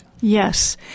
Yes